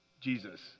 Jesus